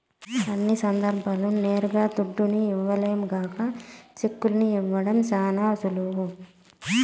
అన్ని సందర్భాల్ల్లోనూ నేరుగా దుడ్డుని ఇవ్వలేం గాన సెక్కుల్ని ఇవ్వడం శానా సులువు